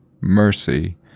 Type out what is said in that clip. mercy